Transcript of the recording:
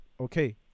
okay